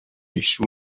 échoue